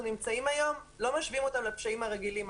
נמצאים היום לא משווים אותם לפשעים הרגילים.